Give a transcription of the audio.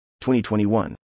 2021